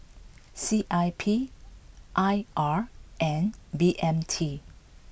C I P I R and B M T